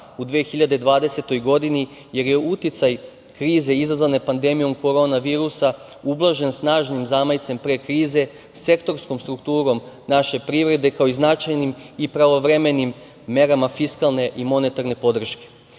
u 2020. godini, jer je uticaj krize izazvane pandemijom korona virusa ublažen snažnim zamajcem pre krize, sektorskom strukturom naše privrede, kao i značajnim i pravovremenim merama fiskalne i monetarne